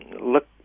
look